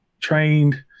trained